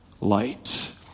light